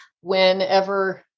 Whenever